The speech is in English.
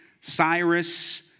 Cyrus